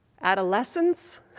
Adolescence